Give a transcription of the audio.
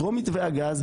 טרום מתווה גז,